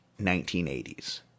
1980s